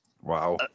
Wow